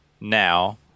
now